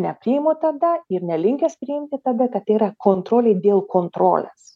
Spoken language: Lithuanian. nepriimu tada ir nelinkęs priimti tada kad yra kontrolei dėl kontrolės